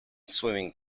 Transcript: swimming